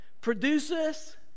produces